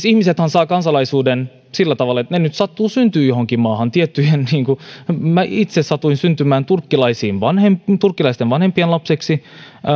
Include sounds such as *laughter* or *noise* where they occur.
*unintelligible* ihmisethän saavat kansalaisuuden sillä tavalla että sattuvat nyt syntymään johonkin tiettyyn maahan minä itse satuin aikoinaan syntymään turkkilaisten vanhempien turkkilaisten vanhempien lapseksi